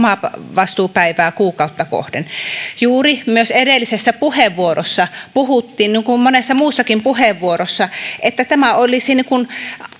omavastuupäivää kuukautta kohden juuri myös edellisessä puheenvuorossa puhuttiin niin kuin oli monessa muussakin puheenvuorossa että tämä olisi niin kuin